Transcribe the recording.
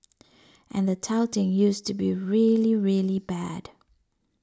and the touting used to be really really bad